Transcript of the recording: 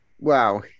Wow